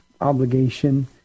obligation